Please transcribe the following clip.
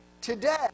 Today